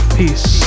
peace